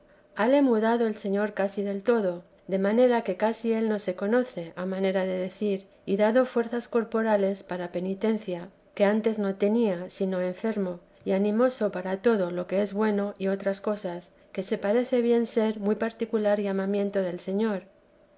hale mudado el señor casi del todo de manera que casi él no se conoce a manera de decir y dado fuerzas corporales para penitencia que antes no tenía sino enfermo y animoso para todo lo que es bueno y otras cosas que se parece bien ser muy particular llamamiento del señor